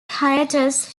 hiatus